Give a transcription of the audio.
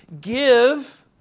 give